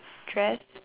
dress